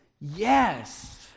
yes